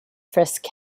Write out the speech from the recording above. frisk